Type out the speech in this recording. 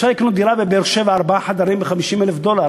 אפשר היה לקנות בבאר-שבע דירה של ארבעה חדרים ב-50,000 דולר,